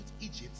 Egypt